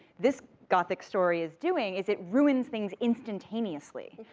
this gothic story is doing, is it ruins things instantaneously,